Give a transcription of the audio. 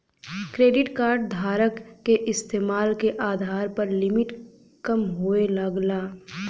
credit card धारक क इस्तेमाल के आधार पर लिमिट कम होये लगला